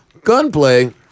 Gunplay